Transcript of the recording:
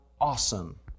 awesome